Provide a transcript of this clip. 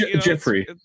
Jeffrey